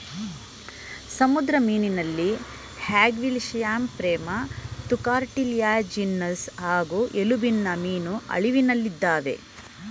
ಸಮುದ್ರ ಮೀನಲ್ಲಿ ಹ್ಯಾಗ್ಫಿಶ್ಲ್ಯಾಂಪ್ರೇಮತ್ತುಕಾರ್ಟಿಲ್ಯಾಜಿನಸ್ ಹಾಗೂ ಎಲುಬಿನಮೀನು ಅಳಿವಿನಲ್ಲಿದಾವೆ